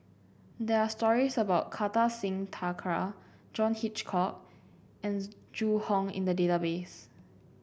there are stories about Kartar Singh Thakral John Hitchcock and Zhu Hong in the database